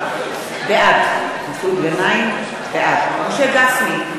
בעד משה גפני,